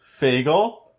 Bagel